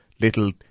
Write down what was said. little